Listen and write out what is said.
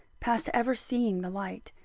past ever seeing the light.